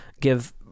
give